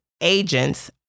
agents